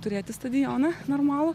turėti stadioną normalų